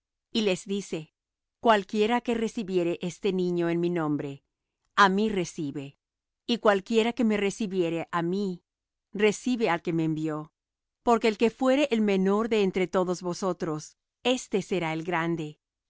y les dice cualquiera que recibiere este niño en mí nombre á mí recibe y cualquiera que me recibiere á mí recibe al que me envió porque el que fuere el menor entre todos vosotros éste será el grande